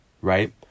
right